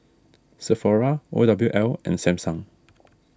Sephora O W L and Samsung